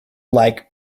like